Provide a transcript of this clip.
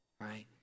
right